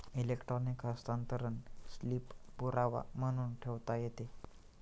electronic हस्तांतरण slip पुरावा म्हणून ठेवता येते